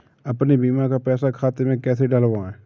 अपने बीमा का पैसा खाते में कैसे डलवाए?